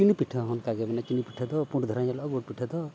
ᱪᱤᱱᱤ ᱯᱤᱴᱷᱟᱹ ᱦᱚᱸ ᱚᱱᱠᱟᱜᱮ ᱢᱟᱱᱮ ᱪᱤᱱᱤ ᱯᱤᱴᱷᱟᱹ ᱫᱚ ᱯᱩᱰ ᱫᱷᱟᱨᱟ ᱧᱮᱞᱚᱜᱼᱟ ᱜᱩᱲ ᱯᱤᱴᱷᱟᱹ ᱫᱚ